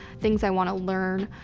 things i wanna learn,